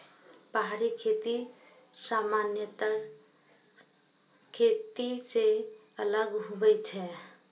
पहाड़ी खेती समान्तर खेती से अलग हुवै छै